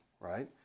right